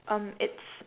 um its